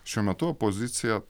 šiuo metu opozicija